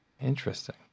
Interesting